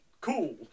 cool